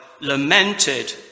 lamented